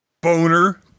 Boner